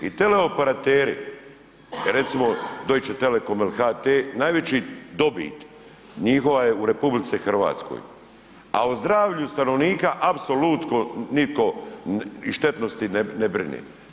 I teleoperateri recimo Deutsche telekom ili HT najveći dobit njihova je u RH, a o zdravlju stanovnika apsolutno nitko i štetnosti ne brine.